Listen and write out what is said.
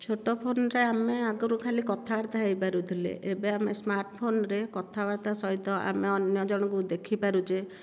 ଛୋଟ ଫୋନରେ ଆମେ ଆଗରୁ ଖାଲି କଥାବାର୍ତ୍ତା ହୋଇ ପାରୁଥିଲେ ଏବେ ଆମେ ସ୍ମାର୍ଟ ଫୋନରେ କଥାବାର୍ତ୍ତା ସହିତ ଆମେ ଅନ୍ୟ ଜଣକୁ ଦେଖି ପାରୁଛେ